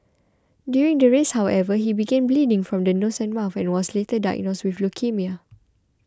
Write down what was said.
during the race however he began bleeding from the nose and mouth and was later diagnosed with leukaemia